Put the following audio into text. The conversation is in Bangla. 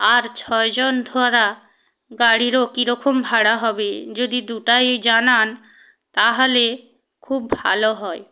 আর ছয় জন ধরা গাড়িরও কীরকম ভাড়া হবে যদি দুটাই জানান তাহালে খুব ভালো হয়